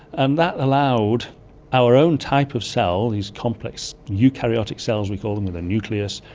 and that allowed our own type of cell, these complex eukaryotic cells we call them with a nucleus,